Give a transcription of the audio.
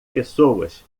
pessoas